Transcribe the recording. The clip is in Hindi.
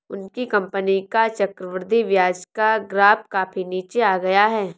उनकी कंपनी का चक्रवृद्धि ब्याज का ग्राफ काफी नीचे आ गया है